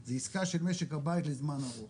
זאת עיסקה של משק הבית לזמן ארוך.